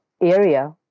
area